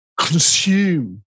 consume